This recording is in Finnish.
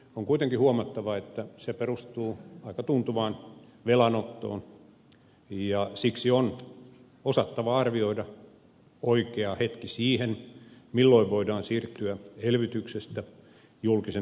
on kuitenkin huomattava että se perustuu aika tuntuvaan velanottoon ja siksi on osattava arvioida oikea hetki siihen milloin voidaan siirtyä elvytyksestä julkisen talouden tasapainottamiseen